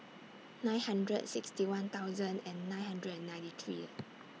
nine hundred sixty one thousand and nine hundred and ninety three